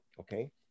Okay